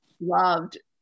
loved